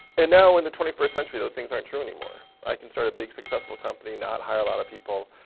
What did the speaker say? and now in the twenty first century, those things aren't true anymore. i can start a big, successful company, not hire a lot of people.